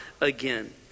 again